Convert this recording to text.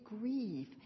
grieve